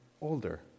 older